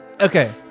Okay